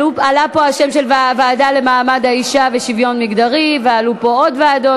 עלה פה השם של הוועדה למעמד האישה ושוויון מגדרי ועלו פה עוד ועדות.